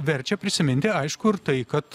verčia prisiminti aišku ir tai kad